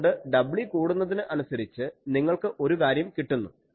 അതുകൊണ്ട് w കൂടുന്നതിന് അനുസരിച്ച് നിങ്ങൾക്ക് ഒരു കാര്യം കിട്ടുന്നു